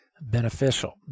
Beneficial